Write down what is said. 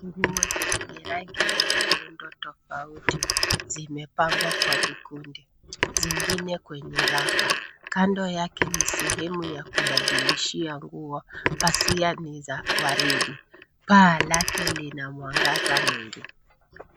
Nguo zenye rangi na muundo tofauti zimepangwa kwa vikundi zingine kwenye rafu . Kando yake ni sehemu ya kubadilishia nguo pasia ni za waridi. Paa lake linamwangaza mwingi.